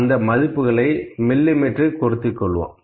அந்த மதிப்புகளை மில்லி மீட்டரில் குறித்துக் கொள்வோம்